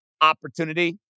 opportunity